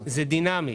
זה דינמי.